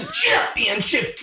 championship